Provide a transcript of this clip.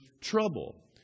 trouble